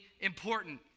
important